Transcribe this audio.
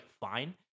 fine